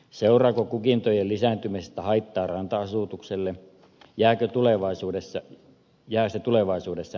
seuraako kukintojen lisääntymisestä haittaa ranta asutukselle se jää tulevaisuudessa nähtäväksi